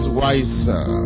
wiser